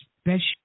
special